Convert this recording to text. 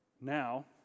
Now